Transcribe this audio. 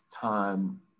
time